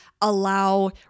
allow